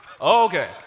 Okay